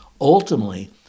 Ultimately